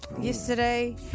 yesterday